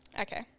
Okay